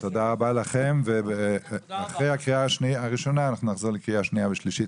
תודה רבה לכם ואחרי הקריאה הראשונה נחזור לקריאה שנייה ושלישית,